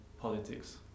politics